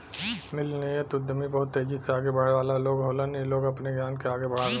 millennial उद्यमी बहुत तेजी से आगे बढ़े वाला लोग होलन इ लोग अपने ज्ञान से आगे बढ़लन